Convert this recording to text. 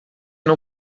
não